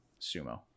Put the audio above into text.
sumo